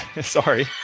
sorry